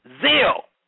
zeal